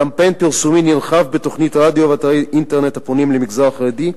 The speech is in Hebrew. קמפיין פרסומי נרחב בתוכנית רדיו ואתרי אינטרנט הפונים למגזר החרדי,